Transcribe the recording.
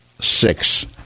Six